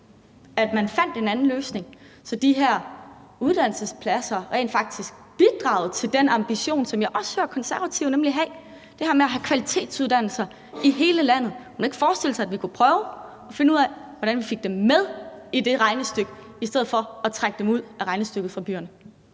at man fandt en anden løsning, så de her uddannelsespladser rent faktisk kunne bidrage til den ambition, som jeg nemlig også hører Konservative har, altså det her med at have kvalitetsuddannelser i hele landet? Kunne man ikke forestille sig, at vi kunne prøve at finde ud af, hvordan vi fik dem med i det regnestykke i stedet for at trække dem ud af regnestykket fra byerne?